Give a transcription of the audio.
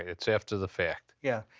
it's after the fact. yeah.